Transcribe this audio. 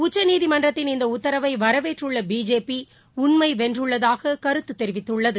உச்சநீதிமன்றத்தின் இந்த உத்தரவை வரவேற்றுள்ளபிஜேபி உண்மைவென்றுள்ளதாககருத்துதெரிவித்துள்ளது